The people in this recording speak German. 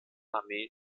armee